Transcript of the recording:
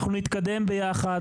אנחנו נתקדם ביחד,